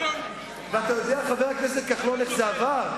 ואתה יודע, חבר הכנסת כחלון, איך זה עבר?